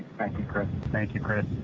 thank you, chris. thank you, chris.